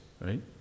right